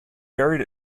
buried